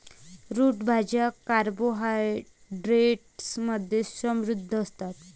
route भाज्या carbohydrates मध्ये समृद्ध असतात